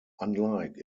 unlike